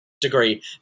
degree